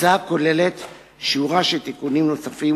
בהצעה נכללים שורה של תיקונים נוספים,